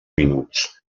minuts